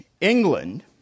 England